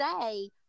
say